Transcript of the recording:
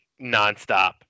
nonstop